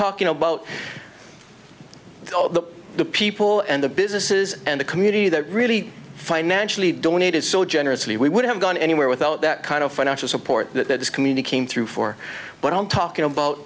talking about the the people and the businesses and the community that really financially donated so generously we would have gone anywhere without that kind of financial support that is communicated through for what i'm talking about